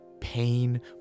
pain